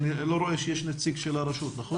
אני לא רואה שיש נציג של הרשות, נכון?